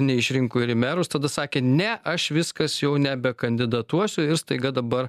neišrinko ir į merus tada sakė ne aš viskas jau nebekandidatuosiu ir staiga dabar